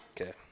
Okay